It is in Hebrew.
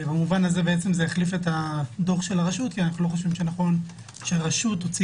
זה יחליף את הדוח של הרשות כי אנחנו לא חושבים שנכון שרשות תוציא